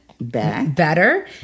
better